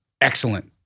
Excellent